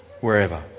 wherever